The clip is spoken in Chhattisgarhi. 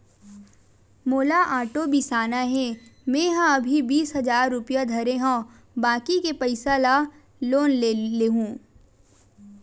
मोला आटो बिसाना हे, मेंहा अभी बीस हजार रूपिया धरे हव बाकी के पइसा ल लोन ले लेहूँ